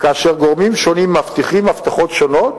כאשר גורמים שונים מבטיחים הבטחות שונות.